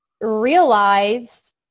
realized